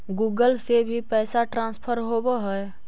Google से भी पैसा ट्रांसफर होवहै?